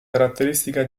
caratteristica